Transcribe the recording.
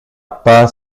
pas